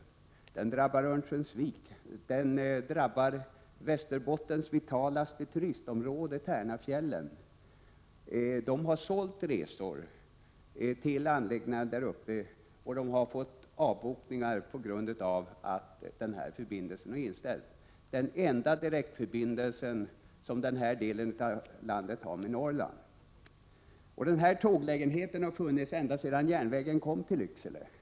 Denna indragning drabbar även Örnsköldsvik och Västerbottens mest vitala turistområde, Tärnafjällen. Anläggningarna där har sålt resor men fått avbokningar på grund av att denna förbindelse har inställts. Detta är den enda direktförbindelsen till denna del av Norrland. Denna tåglägenhet har funnits ända sedan järnvägen kom till Lycksele år Prot.